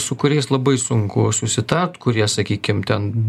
su kuriais labai sunku susitart kurie sakykim ten